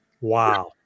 Wow